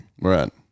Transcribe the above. Right